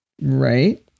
Right